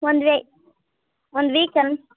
ಒಂದು ವೇ ಒಂದು ವೀಕ್ ಅನ್ನು